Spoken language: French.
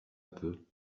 peu